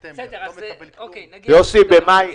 1%. כן, סליחה, מאה אחוז.